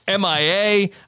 MIA